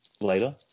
later